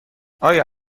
آیا